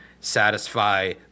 satisfy